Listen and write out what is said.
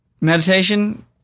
meditation